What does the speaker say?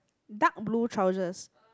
dark blue trousers